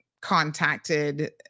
contacted